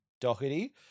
Doherty